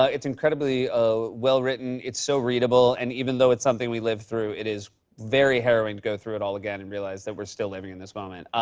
ah it's incredibly ah well-written. it's so readable. and even though it's something we live through, it is very harrowing to go through it all again and realize that we're still living in this moment.